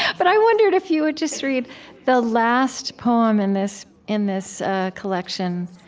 but i wondered if you would just read the last poem in this in this collection,